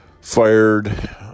fired